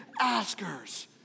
askers